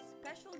special